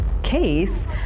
case